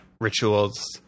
Rituals